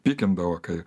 pykindavo kai